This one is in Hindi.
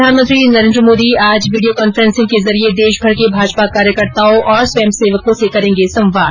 प्रधानमंत्री नरेन्द्र मोदी आज वीडियों कांफ्रेंसिंग के जरिये देशभर के भाजपा कार्यकर्ताओं और स्वयंसेवकों से करेंगे संवाद